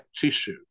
tissue